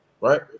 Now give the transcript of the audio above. right